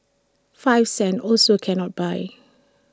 five cents also cannot buy